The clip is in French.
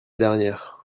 dernière